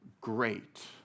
great